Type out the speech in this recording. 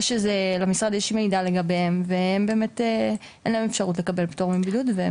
אז למשרד יש מידע לגביהם ואין להם אפשרות לקבל פטור מבידוד.